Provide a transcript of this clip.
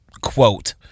quote